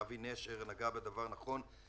אבי נשר נגע בדברים נכון.